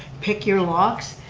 pick your locks?